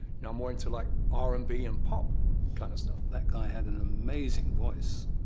and more into like r and b and pop kind of stuff. that guy had an amazing voice.